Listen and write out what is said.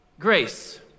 Grace